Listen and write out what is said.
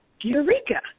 Eureka